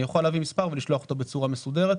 אני אוכל להביא מספר ולשלוח אותו בצורה מסודרת.